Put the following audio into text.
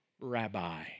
rabbi